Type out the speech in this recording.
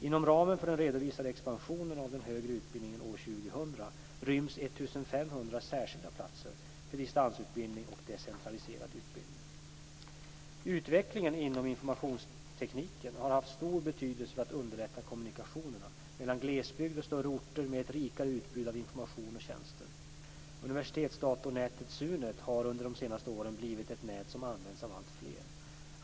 Inom ramen för den redovisade expansionen av den högre utbildningen år 2000 ryms 1 500 Utvecklingen inom informationstekniken har haft stor betydelse för att underlätta kommunikationerna mellan glesbygd och större orter med ett rikare utbud av information och tjänster. Universitetsdatornätet Sunet har under de senaste åren blivit ett nät som används av alltfler.